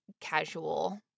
casual